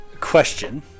Question